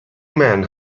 men